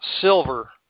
silver